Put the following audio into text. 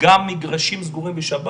גם מגרשים סגורים בשבת.